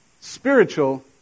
spiritual